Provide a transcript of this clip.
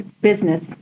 business